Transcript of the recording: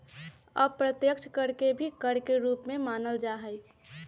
अप्रत्यक्ष कर के भी कर के एक रूप ही मानल जाहई